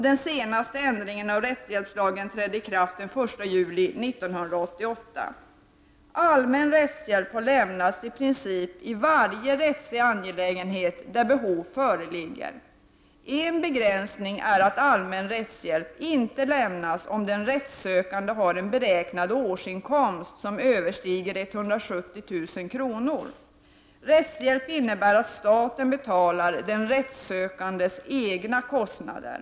Den senaste ändringen i rättshjälpslagen trädde i kraft den 1 juli 1988. Allmän rättshjälp har i princip lämnats i varje rättslig angelägenhet där behov föreligger. En begränsning är att allmän rättshjälp inte lämnas om den rättssökande har en beräknad årsinkomst som överstiger 170 000 kr. Rättshjälp innebär att staten betalar den rättssökandes egna kostnader.